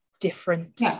different